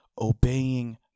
obeying